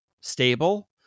stable